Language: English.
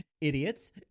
idiots